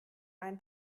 ein